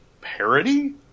parody